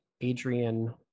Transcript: Adrian